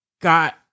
got